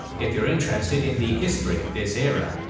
if you are interested in the history of this era,